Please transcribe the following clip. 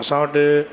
असां वट